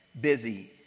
busy